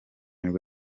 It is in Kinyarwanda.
nibwo